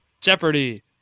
Jeopardy